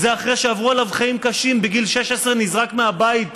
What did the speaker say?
וזה אחרי שעברו עליו חיים קשים: בגיל 16 נזרק מהבית